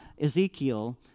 Ezekiel